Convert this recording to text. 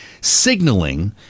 signaling